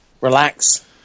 Relax